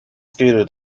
skater